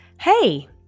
Hey